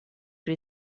при